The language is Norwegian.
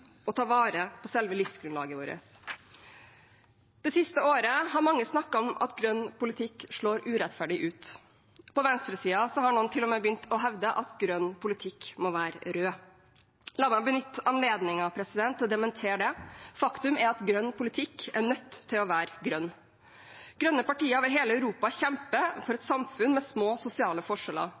å ta vare på selve livsgrunnlaget vårt. Det siste året har mange snakket om at grønn politikk slår urettferdig ut. På venstresiden har man til og med begynt å hevde at grønn politikk må være rød. La meg benytte anledningen til å dementere det. Faktum er at grønn politikk er nødt til å være grønn. Grønne partier over hele Europa kjemper for et samfunn med små sosiale forskjeller